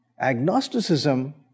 Agnosticism